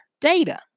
data